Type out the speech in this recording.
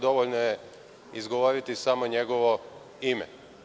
Dovoljno je izgovoriti samo njegovo ime.